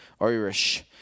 Irish